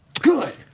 Good